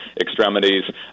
extremities